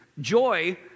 Joy